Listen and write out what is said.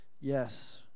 Yes